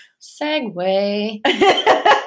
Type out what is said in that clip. segue